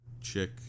chick